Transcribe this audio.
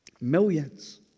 millions